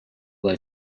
they